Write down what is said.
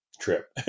trip